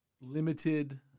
limited